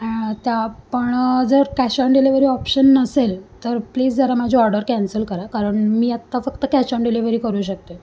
आणि त्या पण जर कॅश ऑन डिलिव्हरी ऑप्शन नसेल तर प्लीज जरा माझी ऑर्डर कॅन्सल करा कारण मी आता फक्त कॅश ऑन डिलिव्हरी करू शकते